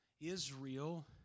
Israel